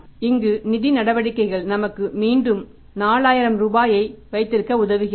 இங்கு நிதி நடவடிக்கைகள் நமக்கு மீண்டும் 4000 ரூபாயை வைத்திருக்க உதவுகிறது